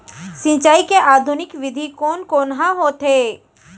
सिंचाई के आधुनिक विधि कोन कोन ह होथे?